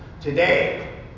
today